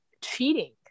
cheating